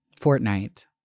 Fortnite